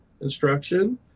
instruction